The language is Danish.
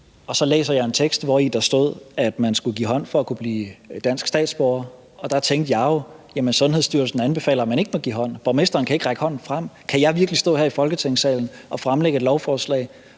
så læser jeg en tekst, hvori der stod, at man skulle give hånd for at kunne blive dansk statsborger, og så tænkte jeg jo, at Sundhedsstyrelsen anbefaler, at man ikke giver hånd. Borgmesteren kan ikke række hånden frem, så kan jeg virkelig stå her i Folketingssalen og fremsætte et lovforslag,